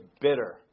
bitter